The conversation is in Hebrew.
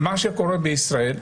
מה שקורה בישראל,